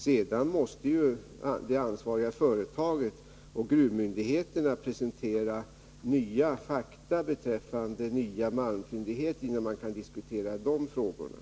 Sedan måste ju det ansvariga företaget och gruvmyndigheterna presentera nya fakta beträffande nya malmfyndigheter, innan man kan diskutera de frågorna.